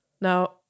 Now